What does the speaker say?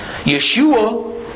Yeshua